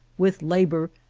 with labor,